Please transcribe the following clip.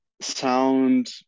sound